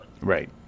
right